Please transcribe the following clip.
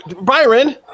byron